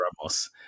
Ramos